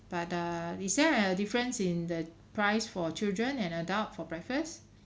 but err is there a difference in the price for children and adult for breakfast